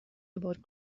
about